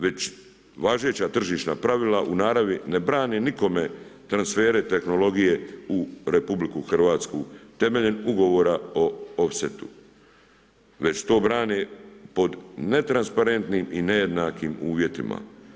Već važeća tržišna pravila u naravi ne brane nikome transfere, tehnologije u RH temeljem Ugovora o Offsetu već to brani pod netransparentnim i nejednakim uvjetima.